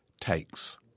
takes